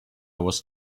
was